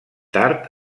tard